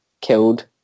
killed